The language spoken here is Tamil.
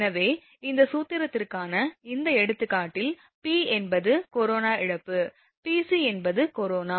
எனவே இந்த சூத்திரத்திற்கான இந்த எடுத்துக்காட்டில் P என்பது கொரோனா இழப்பு PC என்பது கொரோனா